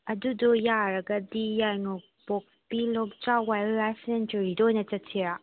ꯑꯗꯨꯗꯣ ꯌꯥꯔꯒꯗꯤ ꯌꯥꯏꯉꯪꯄꯣꯛꯄꯤ ꯂꯣꯛꯆꯥꯎ ꯋꯥꯏꯜꯂꯥꯏꯐ ꯁꯦꯟꯆꯨꯔꯤꯗ ꯑꯣꯏꯅ ꯆꯠꯁꯤꯔꯥ